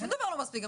שום דבר לא מספיק.